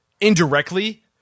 indirectly